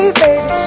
baby